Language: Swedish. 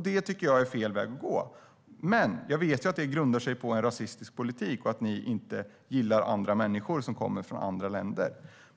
Det tycker jag är fel väg att gå. Men jag vet att det grundar sig på en rasistisk politik och att ni inte gillar människor som kommer från andra länder.